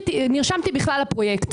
כשנרשמתי בכלל לפרויקט.